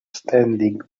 standing